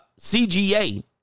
CGA